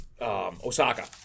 Osaka